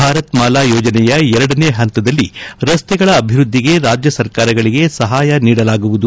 ಭಾರತ್ ಮಾಲಾ ಯೋಜನೆಯ ಎರಡನೇ ಹಂತದಲ್ಲಿ ರಸ್ತೆಗಳ ಅಭಿವೃದ್ದಿಗೆ ರಾಜ್ಯ ಸರ್ಕಾರಗಳಿಗೆ ಸಹಾಯ ನೀಡಲಾಗುವುದು